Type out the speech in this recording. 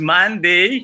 Monday